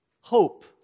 hope